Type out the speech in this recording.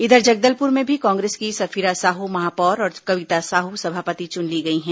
इधर जगदलपुर में भी कांग्रेस की सफिरा साहू महापौर और कविता साहू सभापित चुन ली गई हैं